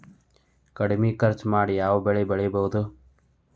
ಕಡಮಿ ಖರ್ಚ ಮಾಡಿ ಯಾವ್ ಬೆಳಿ ಬೆಳಿಬೋದ್?